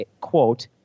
quote